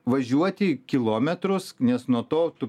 važiuoti kilometrus nes nuo to tu